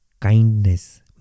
Kindness